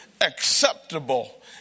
Acceptable